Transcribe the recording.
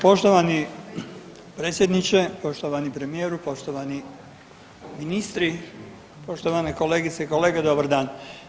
Poštovani predsjedniče, poštovani premijeru, poštovani ministri, poštovane kolegice i kolege dobar dan.